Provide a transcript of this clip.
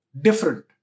different